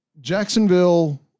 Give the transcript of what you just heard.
Jacksonville